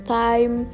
time